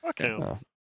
Okay